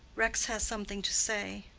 rex has something to say.